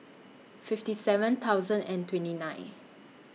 fifty seven thousand and twenty nine